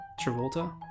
Travolta